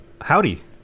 Howdy